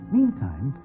Meantime